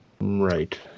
right